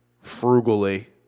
frugally